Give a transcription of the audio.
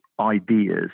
ideas